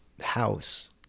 house